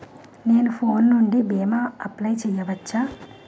నేను ఫోన్ నుండి భీమా అప్లయ్ చేయవచ్చా?